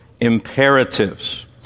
imperatives